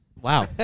Wow